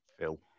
Phil